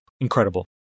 incredible